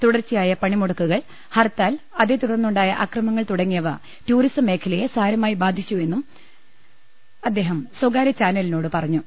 തുടർച്ചയായ പണിമുടക്കുകൾ ഹർത്താൽ അതേ തുടർന്നുണ്ടായ അക്രമങ്ങൾ തുടങ്ങിയവ ടൂറിസം മേഖലയെ സാരമായി ബാധിച്ചുവെന്നും അദ്ദേഹം സ്വകാര്യ ചാനലിനോട് പുറഞ്ഞു